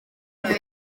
niyo